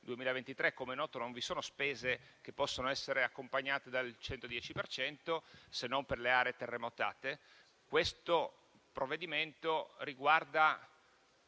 2023, com'è noto, non vi sono spese che possano essere accompagnate dal 110 per cento, se non per le aree terremotate. Questo provvedimento riguarda